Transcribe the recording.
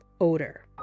odor